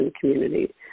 community